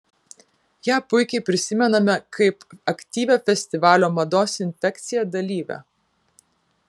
ją puikiai prisimename kaip aktyvią festivalio mados infekcija dalyvę